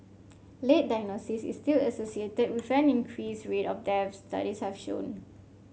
late diagnosis is still associated with an increased rate of deaths studies have shown